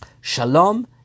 shalom